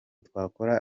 twakora